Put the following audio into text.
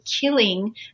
killing